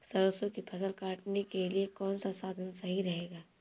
सरसो की फसल काटने के लिए कौन सा साधन सही रहेगा?